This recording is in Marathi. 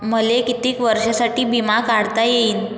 मले कितीक वर्षासाठी बिमा काढता येईन?